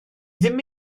ddim